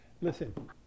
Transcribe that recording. Listen